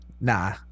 Nah